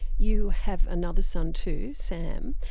you have another son too, sam,